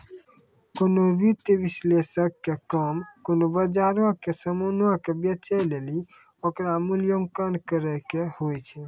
कोनो वित्तीय विश्लेषक के काम कोनो बजारो के समानो के बेचै लेली ओकरो मूल्यांकन करै के होय छै